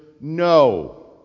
No